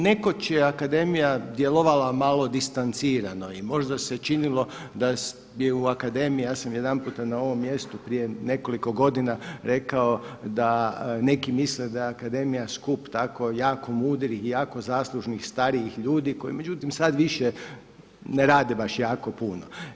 Nekoć je Akademija djelovala malo distancirano i možda se činilo da je u Akademiji, ja sam jedanputa na ovom mjestu prije nekoliko godina rekao da neki misle da Akademija skup tako jako mudrih i jako zaslužnih starijih ljudi koji međutim sad više ne rade baš jako puno.